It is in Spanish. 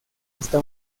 esta